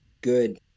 good